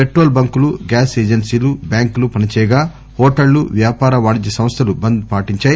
petrol బంకులు gas ఏజెన్సీలు బ్యాంకులు పనిచేయగా హోోటళ్లు వ్యాపార వాణిజ్య సంస్థలు బంద్ పాటించాయి